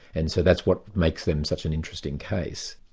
and so that's what makes them such an interesting case.